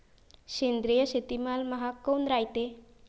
सेंद्रिय शेतीमाल महाग काऊन रायते?